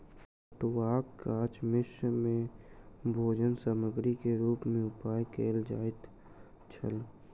पटुआक गाछ मिस्र में भोजन सामग्री के रूप में उपयोग कयल जाइत छल